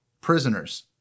prisoners